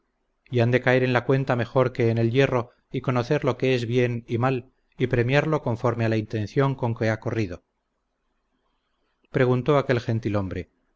y han de caer en la cuenta mejor que en el yerro y conocer lo que es bien y mal y premiarlo conforme a la intención con que ha corrido preguntó aquel gentil-hombre pues no ha de tener